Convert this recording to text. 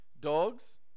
Dogs